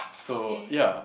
okay